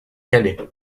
calais